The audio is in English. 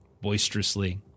boisterously